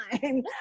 time